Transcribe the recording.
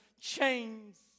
chains